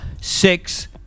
six